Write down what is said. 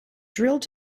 drilled